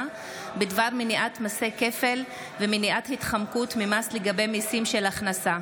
בדבר מניעת מיסי כפל ומניעת התחמקות ממס לגבי מיסים של הכנסה.